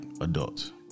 adults